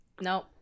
Nope